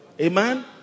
Amen